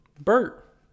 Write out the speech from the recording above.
Bert